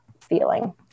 feeling